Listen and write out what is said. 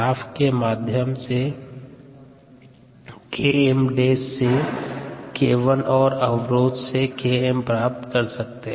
graph के मध्यम से Km' से KI और अवरोध से Km प्राप्त कर सकते हैं